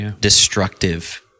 destructive